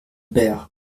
père